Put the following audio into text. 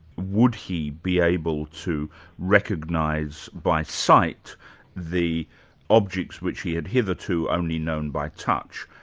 would he be able to recognise by sight the objects which he had hitherto only known by touch,